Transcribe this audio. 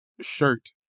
shirt